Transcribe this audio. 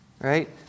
Right